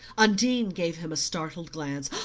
undine gave him a startled glance.